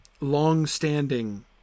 longstanding